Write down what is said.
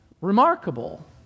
remarkable